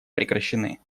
прекращены